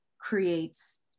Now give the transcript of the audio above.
creates